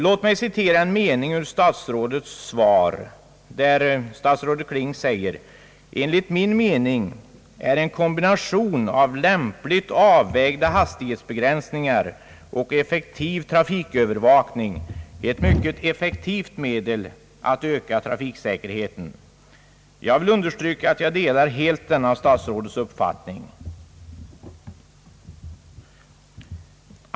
Låt mig citera en mening ur herr statsrådets svar, där herr statsrådet Kling säger: »Enligt min mening är en kombination av lämpligt avvägda hastighetsbegränsningar och effektiv trarikövervakning ett mycket effektivt medel att öka trafiksäkerheten.» Jag vill understryka att jag helt delar denna herr statsrådets uppfattning.